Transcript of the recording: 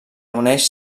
uneix